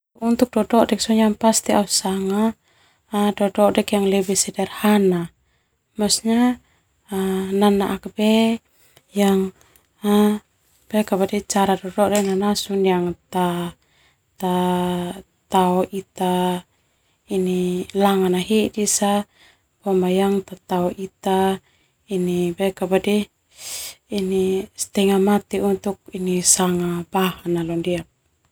Au sanga dododek yang sederhana ta tao ita setengah mati untuk.